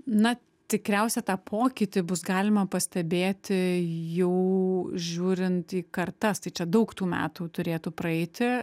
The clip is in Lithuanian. na tikriausiai tą pokytį bus galima pastebėti jau žiūrint į kartas tai čia daug tų metų turėtų praeiti